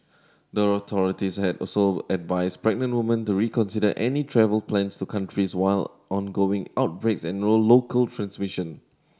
the authorities had also advised pregnant woman to reconsider any travel plans to countries while ongoing outbreaks and local transmission